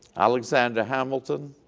alexander hamilton,